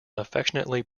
affectionately